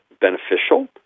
beneficial